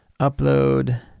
upload